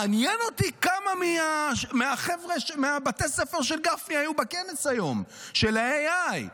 מעניין אותי כמה מבתי הספר של גפני היו בכנס של ה-AI היום,